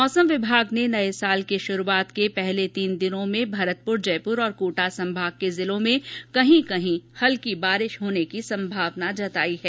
मौसम विभाग ने नए साल की शुरुआत के पहले तीन दिनों में भरतपुर जयपुर और कोटा संभागों के जिलों में कहीं कहीं हल्की वर्षा होने की संभावना जताई है